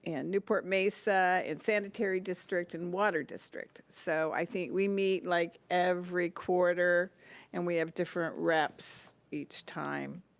and newport-mesa and sanitary district and water district. so, i think we meet like every quarter and we have different reps each time.